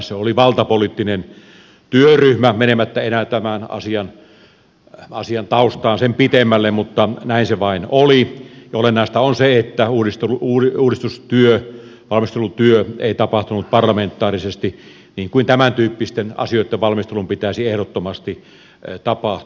se oli valtapoliittinen työryhmä menemättä enää tämän asian taustaan sen pitemmälle mutta näin se vain oli ja olennaista on se että uudistustyö valmistelutyö ei tapahtunut parlamentaarisesti niin kuin tämäntyyppisten asioitten valmistelun pitäisi ehdottomasti tapahtua